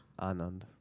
anand